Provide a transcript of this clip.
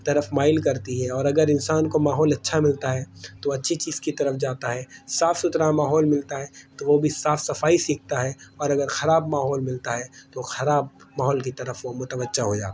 طرف مائل کرتی ہے اور اگر انسان کو ماحول اچھا ملتا ہے تو اچھی چیز کی طرف جاتا ہے صاف ستھرا ماحول ملتا ہے تو وہ بھی صاف صفائی سیکھتا ہے اور اگر خراب ماحول ملتا ہے تو وہ خراب ماحول کی طرف وہ متوجہ ہو جاتا ہے